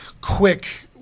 quick